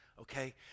okay